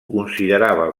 considerava